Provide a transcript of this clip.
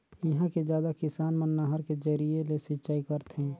इहां के जादा किसान मन नहर के जरिए ले सिंचई करथे